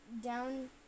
down